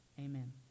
Amen